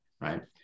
right